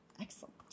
Excellent